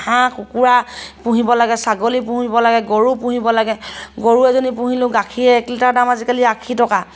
হাঁহ কুকুৰা পুহিব লাগে ছাগলী পুহিব লাগে গৰু পুহিব লাগে গৰু এজনী পুহিলোঁ গাখীৰ এক লিটাৰ দাম আজিকালি আশী টকা